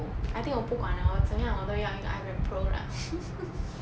I think 我不管 liao 我怎样我都要一个 ipad pro lah